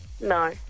No